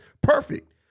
perfect